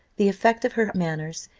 the effect of her manners,